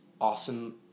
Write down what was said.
awesome